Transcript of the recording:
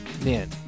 man